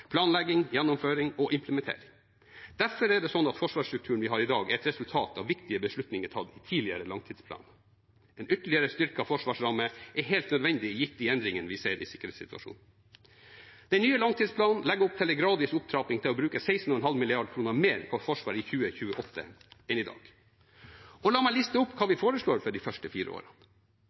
planlegging, gjennomføring og implementering. Derfor er det sånn at forsvarsstrukturen vi har i dag, er et resultat av viktige beslutninger tatt i tidligere langtidsplaner. En ytterligere styrket forsvarsramme er helt nødvendig gitt de endringene vi ser i sikkerhetssituasjonen. Den nye langtidsplanen legger opp til en gradvis opptrapping til å bruke 16,5 mrd. kr mer på Forsvaret i 2028 enn i dag. La meg liste opp hva vi foreslår for de første fire